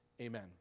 amen